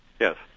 Yes